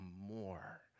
more